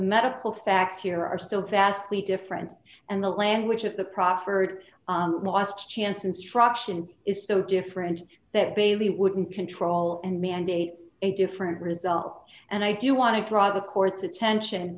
medical facts here are still vastly different and the language of the proffered last chance instruction is so different that bailey wouldn't control and mandate a different result and i do want to draw the court's attention